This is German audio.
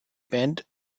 band